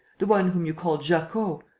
the one whom you called jacquot.